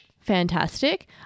fantastic